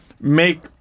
make